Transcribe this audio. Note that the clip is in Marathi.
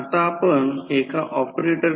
आता R e 0